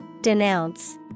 Denounce